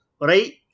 Right